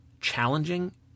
challenging